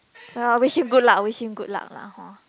ya wish him good luck wish him good luck lah hor